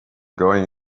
going